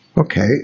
Okay